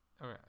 okay